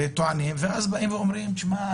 טוענים ואז באים ואומרים: תשמע,